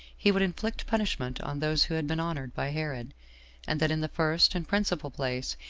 he would inflict punishment on those who had been honored by herod and that, in the first and principal place,